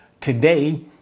today